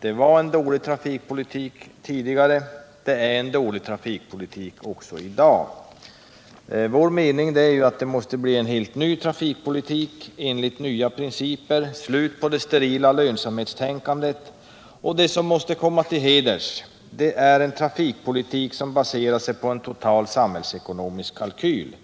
Det var en dålig trafikpolitik tidigare, och det är en dålig trafikpolitik också i dag. Vår mening är att det måste skapas en helt ny trafikpolitik enligt nya principer och som innebär ett slut på det sterila lönsamhetstänkandet. Det som måste komma till heders är en trafikpolitik som baserar sig på en total samhällsekonomisk kalkyl.